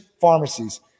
pharmacies